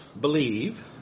believe